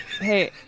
Hey